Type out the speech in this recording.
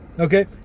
Okay